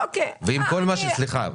סליחה,